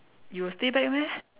you will stay back meh